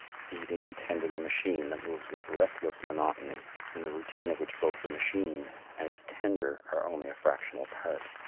feeding and tending a machine that moves with relentless monotony in the routine of which both the machine and its tender are only a fractional part.